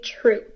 true